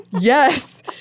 Yes